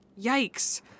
Yikes